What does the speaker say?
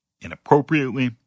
inappropriately